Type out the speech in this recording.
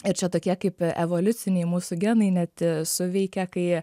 ir čia tokie kaip evoliuciniai mūsų genai net suveikia kai